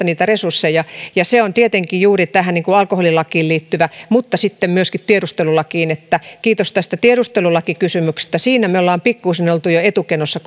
niitä resursseja vaan sitten vasta ja se on tietenkin juuri tähän alkoholilakiin liittyvä asia mutta sitten myöskin tiedustelulakiin kiitos tästä tiedustelulakikysymyksestä siinä me olemme pikkuisen olleet jo etukenossa